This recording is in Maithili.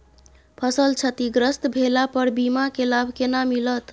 फसल क्षतिग्रस्त भेला पर बीमा के लाभ केना मिलत?